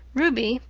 ruby,